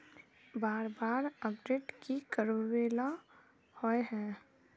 बार बार अपडेट की कराबेला होय है?